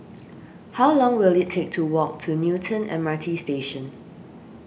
how long will it take to walk to Newton M R T Station